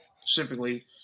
specifically